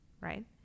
right